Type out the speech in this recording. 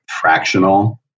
fractional